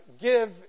give